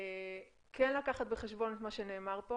כן לקחת בחשבון את מה נאמר פה